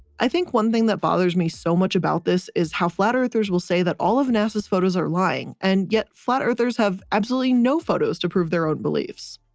i think one thing that bothers me so much about this is how flat-earthers will say that all of nasa's photos are lying and yet flat-earthers have absolutely no photos to prove their own beliefs.